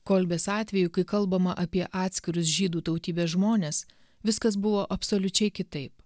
kolbės atveju kai kalbama apie atskirus žydų tautybės žmones viskas buvo absoliučiai kitaip